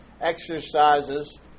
exercises